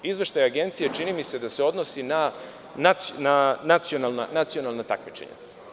Izveštaj Agencije, čini mi se, da se odnosi na nacionalna takmičenja.